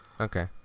okay